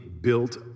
built